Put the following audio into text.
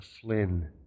Flynn